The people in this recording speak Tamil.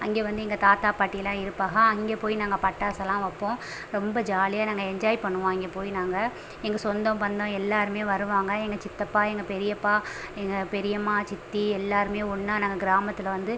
அங்கே வந்து எங்கள் தாத்தா பாட்டியெல்லாம் இருப்பாக அங்கே போய் நாங்கள் பட்டாசெல்லாம் வைப்போம் ரொம்ப ஜாலியாக நாங்கள் என்ஜாய் பண்ணுவோம் அங்கே போய் நாங்கள் எங்கள் சொந்தோம் பந்தோம் எல்லோருமே வருவாங்க எங்கள் சித்தப்பா எங்கள் பெரியப்பா எங்கள் பெரியம்மா சித்தி எல்லோருமே ஒன்றா நாங்கள் கிராமத்தில் வந்து